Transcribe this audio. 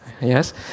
Yes